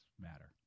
matter